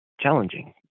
challenging